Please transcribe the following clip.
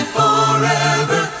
forever